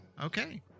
Okay